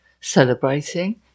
celebrating